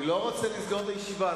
אני לא רוצה לסגור את הישיבה.